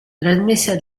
trasmessa